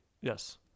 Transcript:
Yes